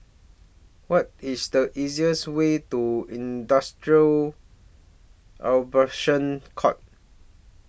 What IS The easiest Way to Industrial Arbitration Court